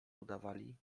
udawali